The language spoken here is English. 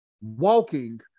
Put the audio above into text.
walking